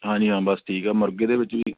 ਹਾਂਜੀ ਹਾਂ ਬਸ ਠੀਕ ਹੈ ਮੁਰਗੇ ਦੇ ਵਿੱਚ ਵੀ